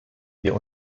wir